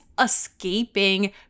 escaping